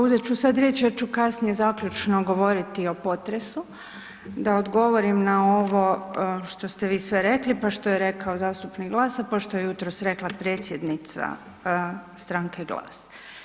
Uzet ću sada riječ jer ću kasnije zaključno govoriti o potresu, da odgovorim na ovo što ste vi sve rekli pa što je rekao zastupnik GLAS-a, pa što je jutros rekla predsjednica stranke GLAS.